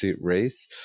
race